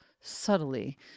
subtly